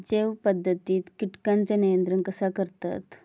जैव पध्दतीत किटकांचा नियंत्रण कसा करतत?